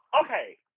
okay